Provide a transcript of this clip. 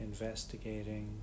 investigating